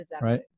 right